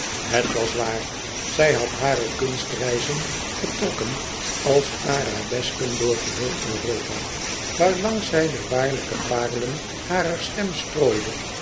het was waar zij had hare kunstreizen getrokken als arabesken door geheel europa waarlangs zij de waarlijke parelen harer stem strooide